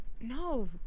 No